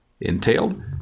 entailed